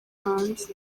hanze